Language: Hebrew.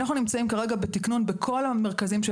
אנחנו נמצאים כרגע בתקנון בכל המרכזים של